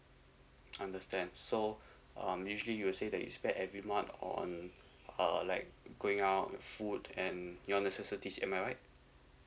understand so um usually you say that it's bad every month on uh like going out with food and your necessities am I right